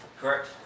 Correct